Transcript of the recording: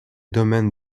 domaines